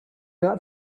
not